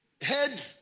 Head